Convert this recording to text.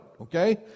Okay